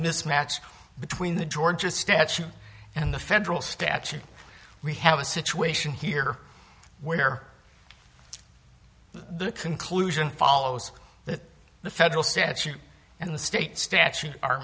mismatch between the georgia statute and the federal statute we have a situation here where the conclusion follows that the federal statute and the state statute are